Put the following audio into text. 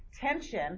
tension